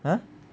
!huh!